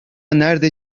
nerede